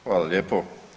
Hvala lijepo.